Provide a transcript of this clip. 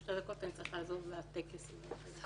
שתי דקות אני צריכה לזוז לטקס הזה.